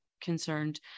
concerned